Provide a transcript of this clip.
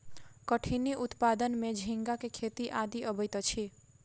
कठिनी उत्पादन में झींगा के खेती आदि अबैत अछि